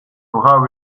brav